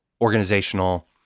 organizational